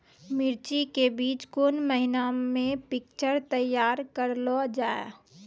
मिर्ची के बीज कौन महीना मे पिक्चर तैयार करऽ लो जा?